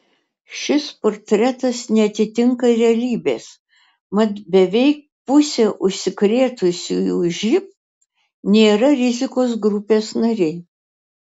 šis portretas neatitinka realybės mat beveik pusė užsikrėtusiųjų živ nėra rizikos grupės nariai